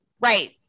right